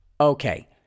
Okay